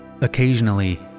Occasionally